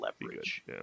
Leverage